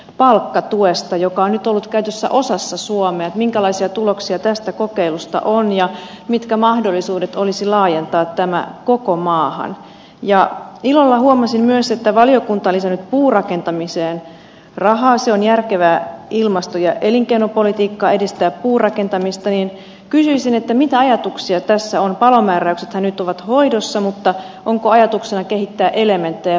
palkkatuesta joka on ollut käytössä osassa suomea minkälaisia tuloksia tästä kokeilusta on ja mitkä mahdollisuudet olisi laajentaa tämä koko maahan ja illalla huomasin myös että valiokunta lisännyt puurakentamiseen rahaa se on järkevää ilmasto ja elinkeinopolitiikkaa edistää puurakentamista niin kysyn että mitä ajatuksia tässä on palomääräykset ja nyt ovat hoidossa mutta onko ajatuksena kehittää elementtejä